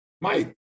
Mike